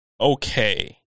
okay